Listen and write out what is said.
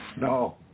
No